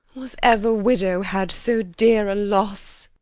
was never widow had so dear a loss!